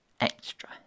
Extra